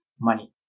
money